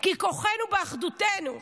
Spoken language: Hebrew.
כי כוחנו באחדותנו,